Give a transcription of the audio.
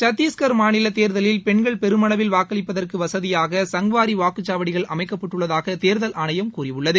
சத்திஷ்கர் மாநில தேர்தலில் பெண்கள் பெருமளவில் வாக்களிப்பதற்கு வசதியாக சங்க்வாரி வாக்குச்சாவடிகள் அமைக்கப்பட்டுள்ளதாக தேர்தல் ஆணையம் கூறியுள்ளது